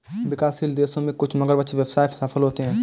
विकासशील देशों में कुछ मगरमच्छ व्यवसाय सफल होते हैं